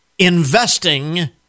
Investing